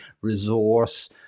resource